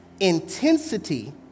intensity